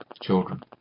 children